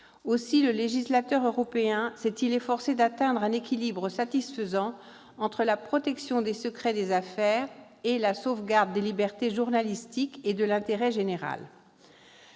Aussi le législateur européen s'est-il efforcé d'atteindre un équilibre satisfaisant entre la protection des secrets des affaires et la sauvegarde des libertés journalistiques et de l'intérêt général.